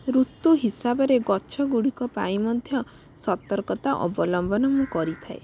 ଋତୁ ହିସାବରେ ଗଛ ଗୁଡ଼ିକ ପାଇଁ ମଧ୍ୟ ସତର୍କତା ଅବଲମ୍ବନ କରିଥାଏ